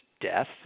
death